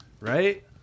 right